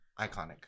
Iconic